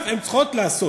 עכשיו הן צריכות לעשות.